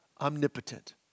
omnipotent